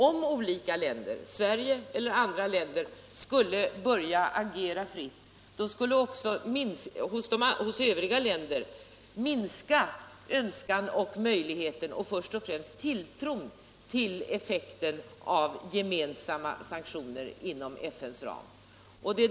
Om olika länder, Sverige eller andra, skulle börja agera fritt, skulle det i övriga länder minska önskan om, möjligheten av och först och främst tilltron till effekten av gemensamma sanktioner inom FN:s ram.